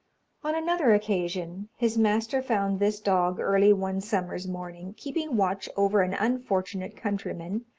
on another occasion, his master found this dog early one summer's morning keeping watch over an unfortunate countryman,